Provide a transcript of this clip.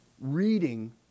reading